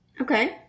Okay